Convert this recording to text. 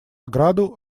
ограду